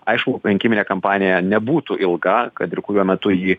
aišku rinkiminė kampanija nebūtų ilga kad ir kuriuo metu ji